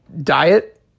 diet